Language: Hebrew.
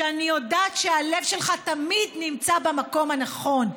שאני יודעת שהלב שלך תמיד נמצא במקום הנכון,